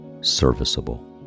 serviceable